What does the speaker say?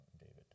David